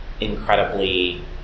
incredibly